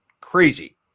crazy